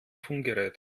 funkgerät